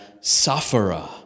sufferer